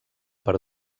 per